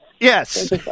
Yes